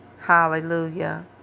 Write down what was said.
Hallelujah